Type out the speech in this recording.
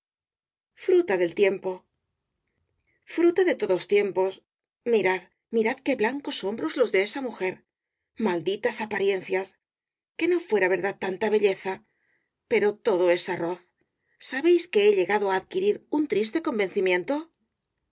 fruta del tiempo fruta de todos tiempos mirad mirad qué blancos hombros los de esa mujer malditas apariencias que no fuera verdad tanta belleza pero todo es arroz sabéis que he llegado á adquirir un triste convencimiento